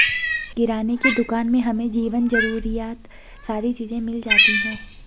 किराने की दुकान में हमें जीवन जरूरियात सारी चीज़े मिल जाती है